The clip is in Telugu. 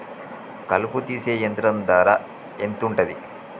కలుపు తీసే యంత్రం ధర ఎంతుటది?